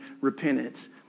repentance